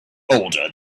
older